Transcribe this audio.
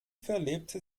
verlebte